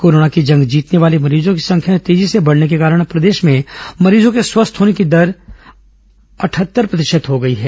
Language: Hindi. कोरोना की जंग जीतने वाले मरीजों की संख्या तेजी से बढ़ने के कारण अब प्रदेश में मरीजों के स्वस्थ होने की दर अठहत्तर प्रतिशत हो गई है